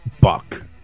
Buck